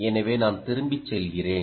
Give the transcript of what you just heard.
எனவே நான் திரும்பிச் செல்கிறேன்